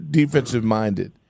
defensive-minded